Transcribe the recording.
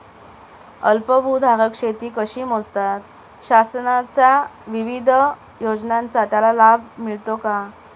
अल्पभूधारक शेती कशी मोजतात? शासनाच्या विविध योजनांचा त्याला लाभ मिळतो का?